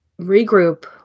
regroup